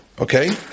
Okay